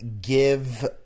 give